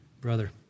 Brother